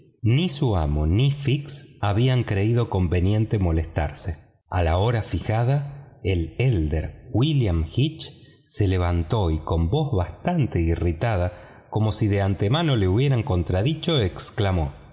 ni su amo ni fix habían creído conveniente molestarse a la hora fijada el hermano mayor william hitch se levantó y con voz bastante irritada como si de antemano le hubieran contradicho exclamó